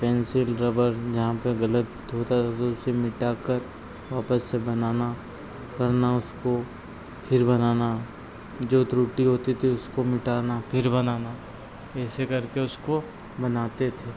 pencil rubber जहाँ पे गलत होता था तो उसे मिटाकर वापस से बनाना करना उसको फिर बनाना जो त्रुटि होती थी उसको मिटाना फिर बनाना ऐसे करके उसको बनाते थे